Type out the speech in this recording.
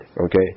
Okay